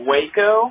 Waco